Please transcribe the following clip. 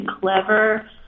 clever